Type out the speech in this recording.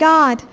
God